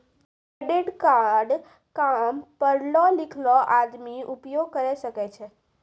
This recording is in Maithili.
क्रेडिट कार्ड काम पढलो लिखलो आदमी उपयोग करे सकय छै?